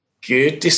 good